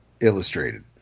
illustrated